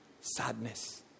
sadness